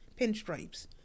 pinstripes